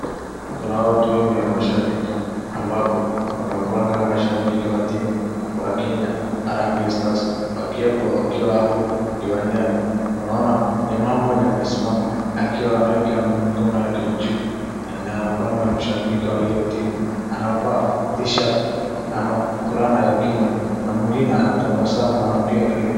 Kuna watu wengi wanaoshabiki ambapo wanakuanga mashabiki wa timu ya Kenya Harambee Stars, wakiwa hapo kiwanjani, tunaona jamaa mmoja amesimama akiwa ameweka mikono yake juu na anakuanga mshabiki wa hiyo timu, anavaa tishati ama fulana ya Kenya, kuna mwingine anatabasamu ama anapiga kelele.